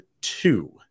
two